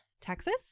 Texas